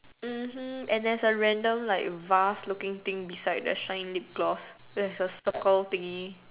mmhmm and there's a random like vase looking thing beside the shine lip gloss there's a circle thingy